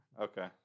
Okay